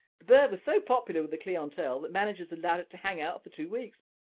the bird was so popular with the clientele that managers allowed it to hang out for two weeks.